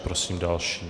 Prosím další.